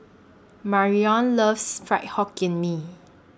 Marrion loves Fried Hokkien Mee